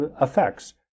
effects